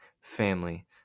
family